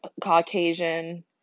Caucasian